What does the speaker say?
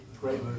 great